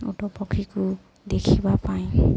ଓଟ ପକ୍ଷୀକୁ ଦେଖିବା ପାଇଁ